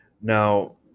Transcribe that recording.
Now